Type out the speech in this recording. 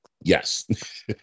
yes